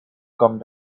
come